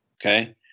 Okay